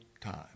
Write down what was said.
time